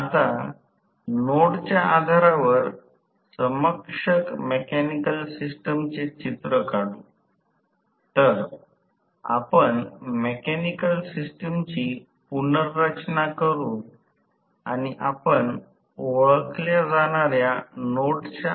तर या प्रकरणात आपण हे केले आहे की तोटा कमी करणारा घटक काढून टाकतो आणि यालाच हे स्टेटर बाजू म्हणतात हा चुंबकीय भाग आहे आणि हा x 2आहे r2 S